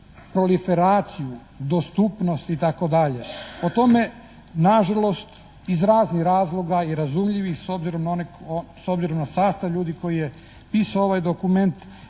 proliferaciju, dostupnost, itd. O tome nažalost iz raznih razloga i razumljivih s obzirom na sastav ljudi koji je pisao ovaj dokument